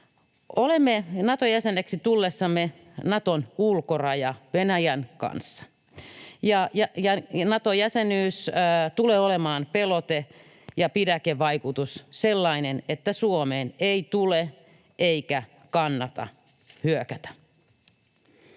Olemme Naton jäseneksi tullessamme Naton ulkoraja Venäjän kanssa, ja Nato-jäsenyys tulee olemaan pelote ja sellainen pidäkevaikutus, että Suomeen ei tule eikä kannata hyökätä.